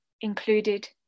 included